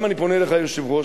למה אני פונה אליך, היושב-ראש?